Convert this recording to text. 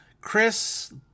Chris